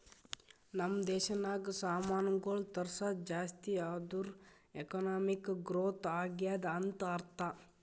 ನಮ್ ದೇಶನಾಗ್ ಸಾಮಾನ್ಗೊಳ್ ತರ್ಸದ್ ಜಾಸ್ತಿ ಆದೂರ್ ಎಕಾನಮಿಕ್ ಗ್ರೋಥ್ ಆಗ್ಯಾದ್ ಅಂತ್ ಅರ್ಥಾ